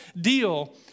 deal